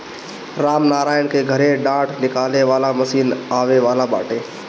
रामनारायण के घरे डाँठ निकाले वाला मशीन आवे वाला बाटे